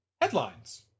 Headlines